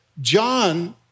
John